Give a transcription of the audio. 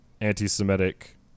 anti-Semitic